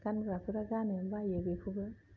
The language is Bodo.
गानग्राफोरा गानो बायो बेखौबो